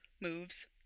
moves